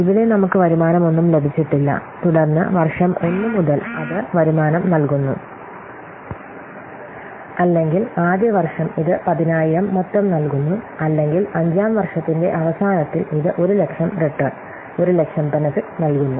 ഇവിടെ നമുക്ക് വരുമാനമൊന്നും ലഭിച്ചിട്ടില്ല തുടർന്ന് വർഷം 1 മുതൽ അത് വരുമാനം നൽകുന്നു അല്ലെങ്കിൽ ആദ്യ വർഷം ഇത് 10000 മൊത്തം നൽകുന്നു അല്ലെങ്കിൽ 5 ആം വർഷത്തിന്റെ അവസാനത്തിൽ ഇത് 100000 റിട്ടേൺ 100000 ബെനെഫിറ്റ് നൽകുന്നു